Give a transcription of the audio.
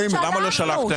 למה לא שלחתם?